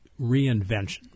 Reinvention